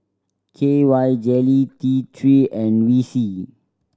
K Y Jelly T Three and Vichy